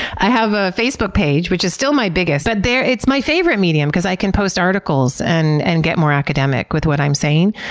i have a facebook page which is still my biggest. but it's my favorite medium because i can post articles and and get more academic with what i'm saying.